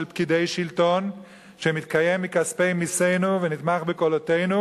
פקידי שלטון שמתקיים מכספי מסינו ונתמך בקולותינו,